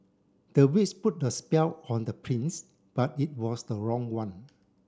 the witch put a spell on the prince but it was the wrong one